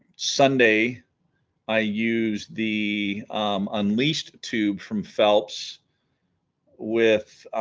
sunday i used the unleashed tube from phelps with